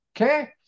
okay